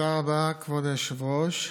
תודה רבה, כבוד היושב-ראש.